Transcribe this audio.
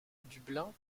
dublin